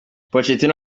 pochettino